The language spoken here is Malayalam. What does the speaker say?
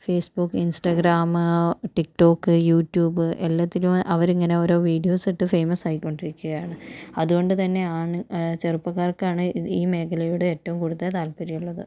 ഫേസ്ബുക്ക് ഇൻസ്റ്റഗ്രാമ് റ്റിക്റ്റോക് യുട്യൂബ് എല്ലാത്തിലും അവരിങ്ങനെ ഓരോ വീഡിയോസിട്ട് ഫെയ്മസായിക്കൊണ്ടിരിക്കുകയാണ് അതുകൊണ്ടുതന്നെയാണ് ചെറുപ്പക്കാർക്കാണ് ഈ മേഖലയോട് ഏറ്റവും കൂടുതൽ താല്പര്യമുള്ളത്